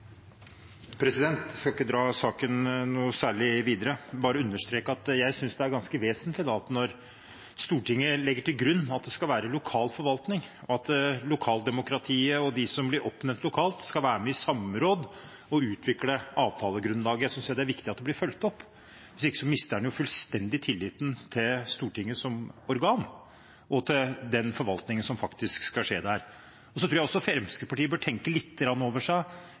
Jeg skal ikke dra saken noe særlig videre, men bare understreke at jeg synes det er ganske vesentlig, og viktig, når Stortinget legger til grunn at det skal være lokal forvaltning – at lokaldemokratiet og de som blir oppnevnt lokalt, skal være med i samråd og utvikle avtalegrunnlaget – at det blir fulgt opp. Hvis ikke mister en jo fullstendig tilliten til Stortinget som organ og til den forvaltningen som faktisk skal skje der. Jeg tror også Fremskrittspartiet bør tenke lite grann over